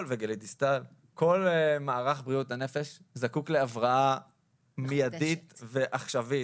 כל מערך בריאות הנפש זקוק להבראה מיידית ועכשווית.